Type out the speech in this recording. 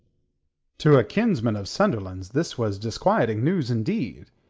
to a kinsman of sunderland's this was disquieting news, indeed.